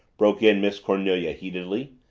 broke in miss cornelia heatedly.